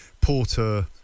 Porter